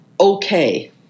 okay